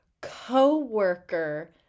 co-worker